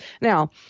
Now